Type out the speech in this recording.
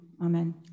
amen